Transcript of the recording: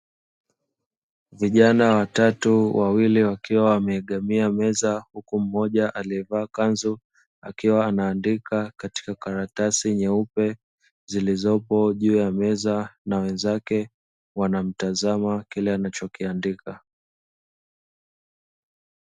Vijana watatu, wawili wakiwa wameegamia meza, huku mmoja aliyevaa kanzu akiwa anaandika katika karatasi nyeupe zilizopo juu ya meza, na wenzake wanamtazama kile anachokiandika.